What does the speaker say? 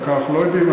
רק אנחנו לא יודעים.